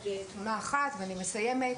דוגמה נוספת,